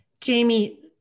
Jamie